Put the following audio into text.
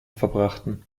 verbrachten